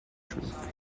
truth